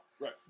Right